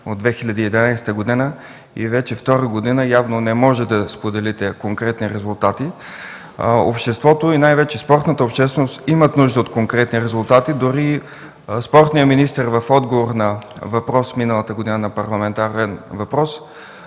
от 2011 г. и вече втора година явно не можете да споделите конкретни резултати. Обществото, най-вече спортната общественост, имат нужда от конкретни резултати. Дори спортният министър през миналата година в отговор на парламентарен въпрос